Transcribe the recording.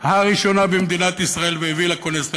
הראשונה במדינת ישראל והביא לה כונס נכסים,